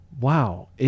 Wow